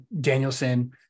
Danielson